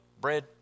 bread